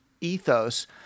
ethos